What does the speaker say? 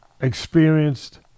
experienced